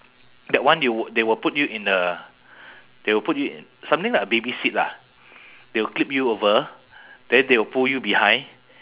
that one you w~ they will put you in a they will put you something like a baby seat lah they will clip you over then they will pull you behind